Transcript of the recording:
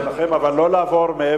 בבקשה, אני אתן לכם, אבל לא מעבר לדקה.